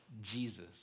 Jesus